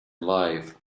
life